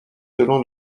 selon